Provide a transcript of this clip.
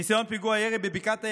ניסיון פיגוע ירי בבקעת הירדן,